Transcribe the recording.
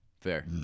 Fair